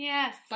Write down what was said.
Yes